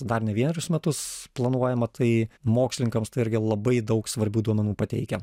dar ne vienerius metus planuojama tai mokslininkams tai irgi labai daug svarbių duomenų pateikia